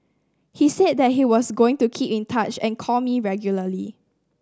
he said that he was going to keep in touch and call me regularly